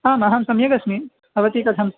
आम् अहम् सम्यगस्मि भवती कथम्